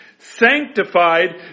Sanctified